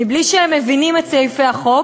בלי שהם מבינים את סעיפי החוק,